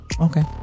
Okay